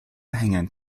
hängen